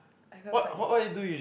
I felt quite late